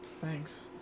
thanks